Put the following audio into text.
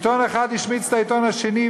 עיתון אחד השמיץ את העיתון השני,